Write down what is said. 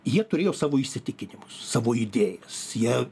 jie turėjo savo įsitikinimus savo idėjas jie